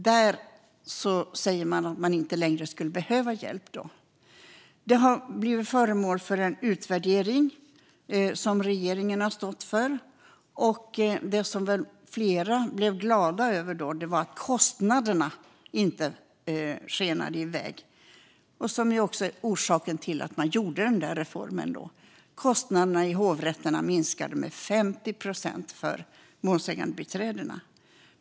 Där säger man att det inte längre behövs hjälp. Detta har blivit föremål för en utvärdering, som regeringen har stått för. Det som flera blev glada över var att kostnaderna inte hade skenat iväg. Att detta inte skulle ske var också skälet till att man gjorde reformen. Kostnaderna i hovrätterna för målsägandebiträdena minskade med 50 procent.